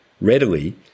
readily